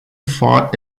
fought